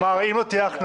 כלומר, אם לא תהיה הכנסה,